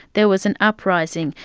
there was an uprising.